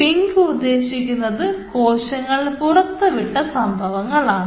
pink ഉദ്ദേശിക്കുന്നത് കോശങ്ങൾ പുറത്തുവിട്ട സംഭവങ്ങളാണ്